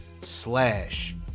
slash